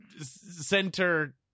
center